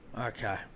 Okay